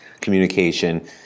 communication